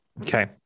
Okay